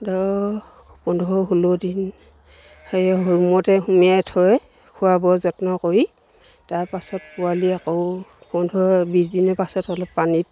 দহ পোন্ধৰ ষোল্ল দিন সেই ৰুমতে সুমোৱাই থৈ খোৱ বোৱা যত্ন কৰি তাৰ পাছত পোৱালি আকৌ পোন্ধৰ বিছ দিনৰ পাছত অলপ পানীত